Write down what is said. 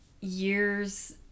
years